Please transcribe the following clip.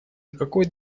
никакой